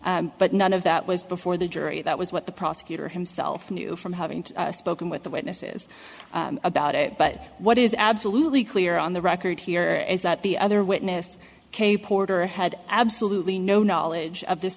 d but none of that was before the jury that was what the prosecutor himself knew from having spoken with the witnesses about it but what is absolutely clear on the record here is that the other witness kay porter had absolutely no knowledge of this